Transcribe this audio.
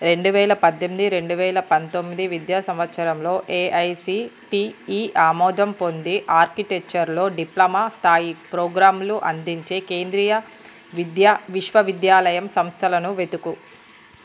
రెండు వేల పద్దెనిమిది రెండు వేల పంతొమ్మిది విద్యా సంవత్సరంలో ఏఐసిటిఈ ఆమోదం పొంది ఆర్కిటెక్చర్లో డిప్లొమా స్థాయి ప్రోగ్రాంలు అందించే కేంద్రీయ విద్యా విశ్వవిద్యాలయం సంస్థలను వెతుకు